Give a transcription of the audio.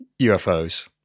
UFOs